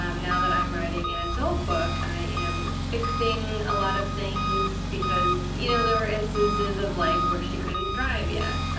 um now that i'm writing an and adult book, i am fixing a lot of things because, you know, there were instances of like, where she couldn't drive yet,